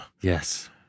Yes